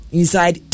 inside